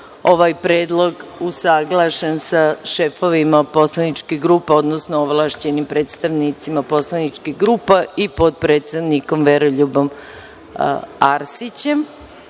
ovaj predlog usaglašen sa šefovima poslaničke grupe, odnosno ovlašćeni predstavnicima poslaničkih grupa i potpredsednikom Veroljubom Arsićem. Izmene